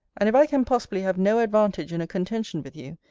and if i can possibly have no advantage in a contention with you,